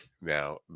Now